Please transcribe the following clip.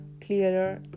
clearer